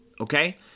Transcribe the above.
okay